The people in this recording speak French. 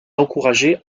encourager